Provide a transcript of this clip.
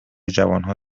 جوانها